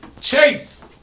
chase